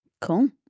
cool